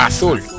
Azul